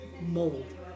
mold